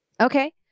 Okay